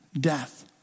Death